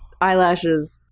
eyelashes